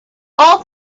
all